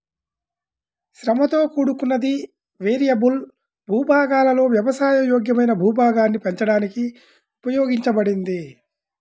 శ్రమతో కూడుకున్నది, వేరియబుల్ భూభాగాలలో వ్యవసాయ యోగ్యమైన భూభాగాన్ని పెంచడానికి ఉపయోగించబడింది